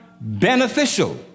beneficial